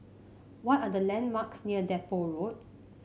what are the landmarks near Depot Road